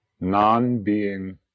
non-being